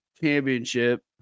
Championship